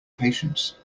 patience